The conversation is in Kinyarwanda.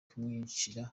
kumwicira